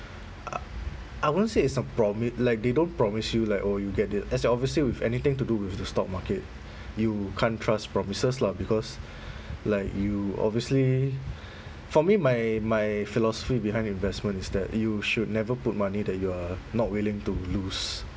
I I wouldn't say it's a promi~ like they don't promise you like oh you get the as in obviously with anything to do with the stock market you can't trust promises lah because like you obviously for me my my philosophy behind investment is that you should never put money that you are not willing to lose